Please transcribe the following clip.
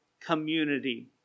community